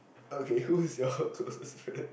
okay who's ppl your ppl closest ppl friend